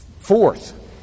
Fourth